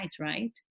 right